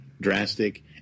drastic